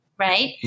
Right